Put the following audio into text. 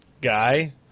guy